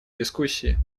дискуссии